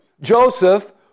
Joseph